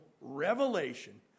revelation